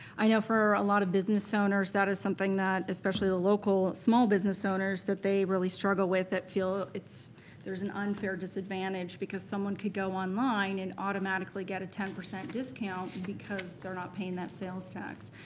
i know for a lot of business owners, that is something that, especially the local small business owners, that they really struggle with that feel there's an unfair disadvantage because someone could go online and automatically get a ten percent discount because they're not paying that sales tax.